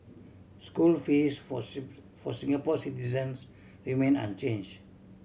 school fees for for Singapore citizens remain unchange